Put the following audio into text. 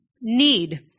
need